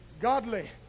godly